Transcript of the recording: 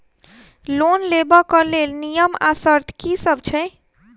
Loan लेबऽ कऽ लेल नियम आ शर्त की सब छई?